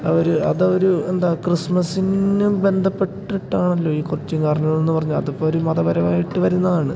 അവർ അതവർഎന്താ ക്രിസ്മസിനും ബന്ധപ്പെട്ടിട്ടാണല്ലോ ഈ കൊച്ചിൻ കാർണിവെൽ എന്നു പറഞ്ഞാൽ അതിപ്പോഴൊരു മതപരമായിട്ട് വരുന്നതാണ്